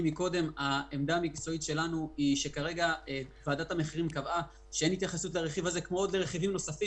ועדת המחירים קבעה שאין התייחסות לרכיב הזה כמו לרכיבים אחרים.